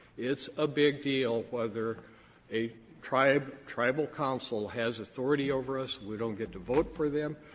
it's a big deal whether a tribe tribal council has authority over us. we don't get to vote for them.